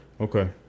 Okay